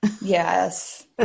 yes